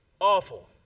awful